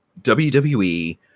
WWE